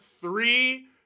three